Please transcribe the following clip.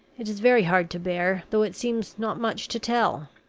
it is very hard to bear, though it seems not much to tell.